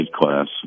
class